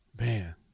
Man